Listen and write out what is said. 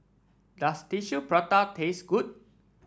does Tissue Prata taste good